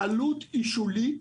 העלות היא שולית,